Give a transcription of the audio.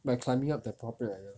by climbing up the corporate ladder